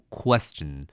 question